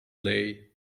lay